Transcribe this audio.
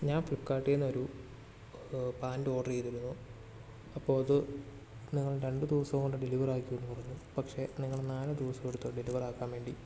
ഞാൻ ഫ്ലിപ്ക്കാട്ടിൽ നിന്നൊരു പാന്റ് ഓഡറ് ചെയ്തിരുന്നു അപ്പോൾ അത് നിങ്ങൾ രണ്ട് ദിവസം കൊണ്ട് ഡെലിവർ ആക്കുമെന്ന് പറഞ്ഞു പക്ഷെ നിങ്ങൾ നാല് ദിവസം എടുത്തു അത് ഡെലിവർ ആക്കാൻ വേണ്ടി